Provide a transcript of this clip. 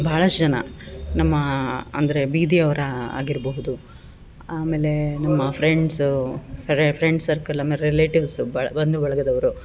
ಭಾಳಷ್ಟ್ ಜನ ನಮ್ಮ ಅಂದರೆ ಬೀದಿಯವ್ರು ಆಗಿರಬಹುದು ಆಮೇಲೆ ನಮ್ಮ ಫ್ರೆಂಡ್ಸು ರೆ ಫ್ರೆಂಡ್ಸ್ ಸರ್ಕಲ್ ಆಮೆ ರಿಲೇಟಿವ್ಸು ಭಾಳ್ ಬಂಧು ಬಳಗದವರು